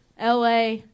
LA